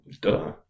duh